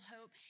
Hope